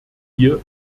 hier